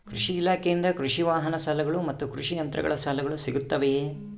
ಕೃಷಿ ಇಲಾಖೆಯಿಂದ ಕೃಷಿ ವಾಹನ ಸಾಲಗಳು ಮತ್ತು ಕೃಷಿ ಯಂತ್ರಗಳ ಸಾಲಗಳು ಸಿಗುತ್ತವೆಯೆ?